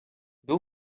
był